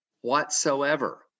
whatsoever